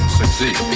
succeed